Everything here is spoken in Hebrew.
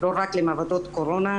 לא רק למעבדות קורונה,